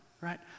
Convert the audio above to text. right